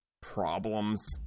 problems